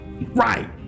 Right